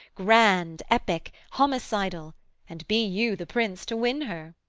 grand, epic, homicidal and be you the prince to win her